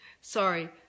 sorry